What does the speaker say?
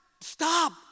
stop